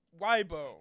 Weibo